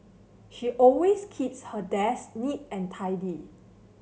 she always keeps her desk neat and tidy